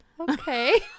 okay